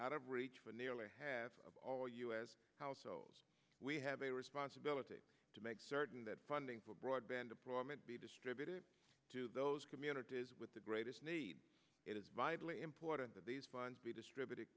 reach for nearly half of all u s households we have a responsibility to make certain that funding for broadband deployment be distributed to those communities with the greatest need it is vitally important that these funds be distributed